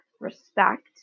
respect